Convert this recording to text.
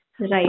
Right